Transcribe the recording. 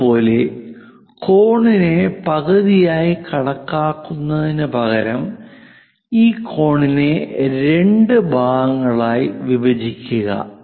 അതുപോലെ കോണിനെ പകുതിയായി കണക്കാക്കുന്നതിന് പകരം ഈ കോണിനെ രണ്ട് ഭാഗങ്ങളായി വിഭജിക്കുക